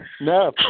no